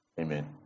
Amen